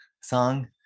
song